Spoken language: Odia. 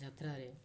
ଯାତ୍ରାରେ